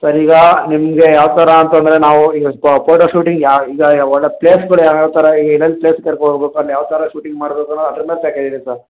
sir ಈಗ ನಿಮಗೆ ಯಾವ ಥರ ಅಂತ ಅಂದರೆ ನಾವು ಈಗ ಫೋಟೋ ಶೂಟಿಂಗ್ ಯಾ ಈಗ ಒಳ್ಳೆಯ ಪ್ಲೇಸ್ಗಳು ಯಾವ ಯಾವ ಥರ ಎಲ್ಲೆಲ್ಲಿ ಪ್ಲೇಸ್ ಕರ್ಕೊ ಹೋಗಬೇಕು ಅಲ್ಲಿ ಯಾವ ಥರ ಶೂಟಿಂಗ್ ಮಾಡಬೇಕು ಅನ್ನೋ ಅದ್ರ ಮೇಲೆ ಪ್ಯಾಕೇಜ್ ಇದೆ ಸರ್